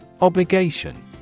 Obligation